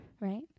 right